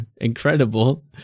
Incredible